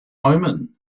omen